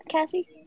Cassie